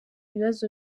ibibazo